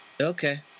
Okay